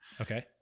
okay